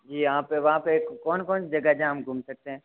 जी यहाँ पे वहाँ पे कौन कौन जगह हैं जहाँ हम घूम सकते है